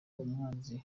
umwanzi